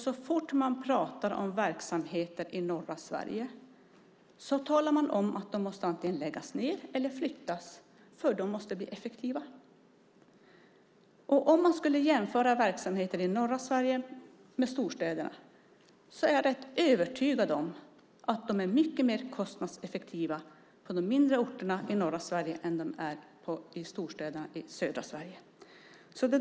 Så fort man talar om verksamheter i norra Sverige talar man om att de antingen måste läggas ned eller flyttas för att de ska bli effektiva. Om man skulle jämföra verksamheter i norra Sverige med dem i storstäderna är jag rätt övertygad om att de är mycket mer kostnadseffektiva i de mindre orterna i norra Sverige än vad de är i storstäderna i södra Sverige.